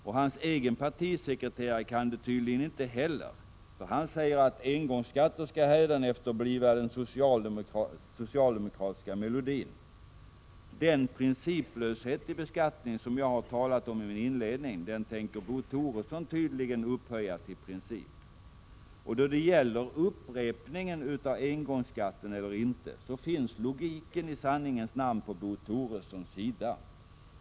Och hans egen partisekreterare kan det tydligen inte heller. Engångsskatter skall hädanefter bliva vår socialdemokratiska melodi, tycks han mena. Den principlöshet i beskattningen som jag talade om i min inledning tänker tydligen Bo Toresson upphöja till princip. Då det gäller upprepning av engångsskatten finns logiken i sanningens namn på Bo Toressons sida.